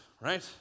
right